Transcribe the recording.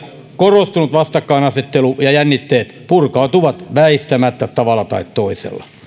korostunut vastakkainasettelu ja jännitteet purkautuvat pidemmällä aikavälillä väistämättä tavalla tai toisella